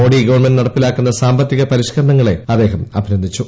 Modi government നടപ്പിലാക്കുന്ന സാമ്പത്തിക പരിഷ്കരണങ്ങളെ അദ്ദേഹം അഭിനന്ദിച്ചു